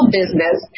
business